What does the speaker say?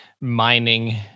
mining